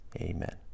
Amen